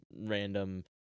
random